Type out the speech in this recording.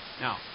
Now